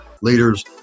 leaders